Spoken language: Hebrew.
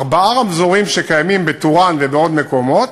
ארבעה רמזורים שקיימים בטורעאן ובעוד מקומות,